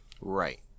right